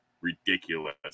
ridiculous